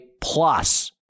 plus